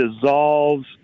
dissolves